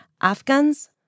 Afghans